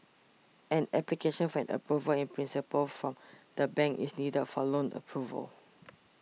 an application for an Approval in Principle from the bank is needed for loan approval